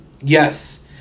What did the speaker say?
Yes